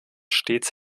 stets